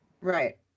Right